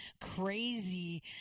crazy